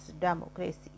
democracy